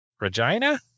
Regina